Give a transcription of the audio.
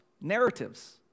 narratives